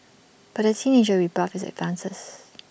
but the teenager rebuffed his advances